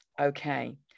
Okay